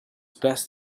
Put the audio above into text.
passed